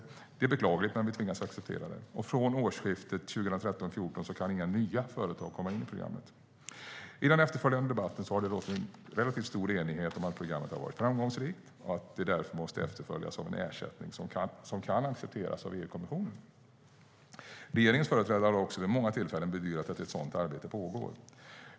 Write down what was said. Det är beklagligt, men vi tvingas acceptera det. Från årsskiftet 2013/14 kan inga nya företag komma in i programmet. I den efterföljande debatten har det rått en relativt stor enighet om att programmet har varit framgångsrikt och att det därför måste efterföljas av en ersättning som kan accepteras av EU-kommissionen. Regeringens företrädare har också vid många tillfällen bedyrat att ett sådant arbete pågår.